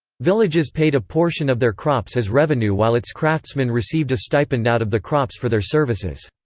villages paid a portion of their crops as revenue while its craftsmen received a stipend out of the crops for their services.